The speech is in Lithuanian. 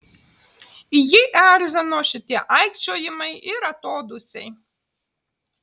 jį erzino šitie aikčiojimai ir atodūsiai